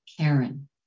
Karen